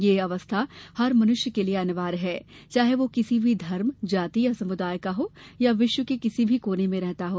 यह अवस्था हर मनुष्य के लिये अनिवार्य है चाहे वह किसी भी धर्म जाति या समुदाय का हो अथवा विश्व के किसी भी कोने में रहता हो